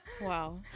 Wow